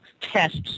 tests